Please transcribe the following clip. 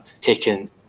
taken